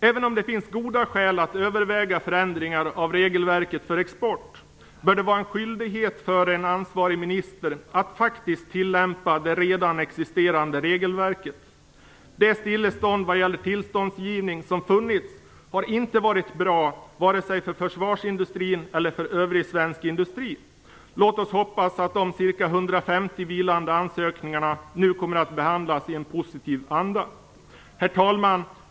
Även om det finns goda skäl att överväga förändringar av regelverket för export bör det vara en skyldighet för en ansvarig minister att faktiskt tillämpa det redan existerande regelverket. Det stillestånd vad gäller tillståndsgivning som funnits har inte varit bra vare sig för försvarsindustrin eller för övrig svensk industri. Låt oss hoppas att de ca 150 vilande ansökningarna nu kommer att behandlas i en positiv anda. Herr talman!